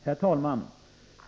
Herr talman!